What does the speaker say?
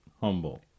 Humble